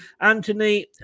Anthony